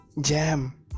jam